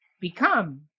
become